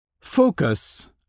Focus